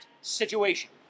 situation